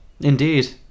Indeed